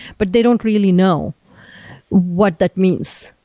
but they don't really know what that means,